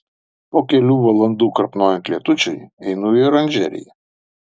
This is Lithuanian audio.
po kelių valandų krapnojant lietučiui einu į oranžeriją